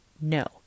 No